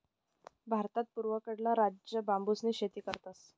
भारतना पूर्वकडला राज्य बांबूसनी शेती करतस